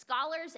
Scholars